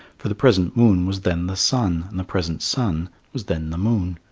for the present moon was then the sun and the present sun was then the moon.